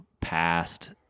past